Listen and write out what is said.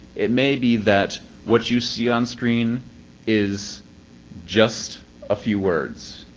it may be that what you see on screen is just a few words.